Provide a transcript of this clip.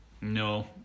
no